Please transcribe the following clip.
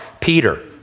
Peter